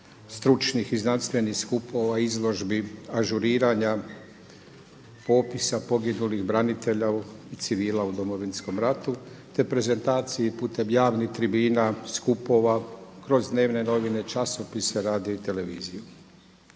stručnih i znanstvenih skupova, izložba, ažuriranja, popisa poginulih branitelja i civila u Domovinskom ratu te prezentaciji putem javnih tribina, skupova, kroz dnevne novine, časopise, radio i televiziju.